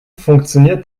funktioniert